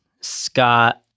Scott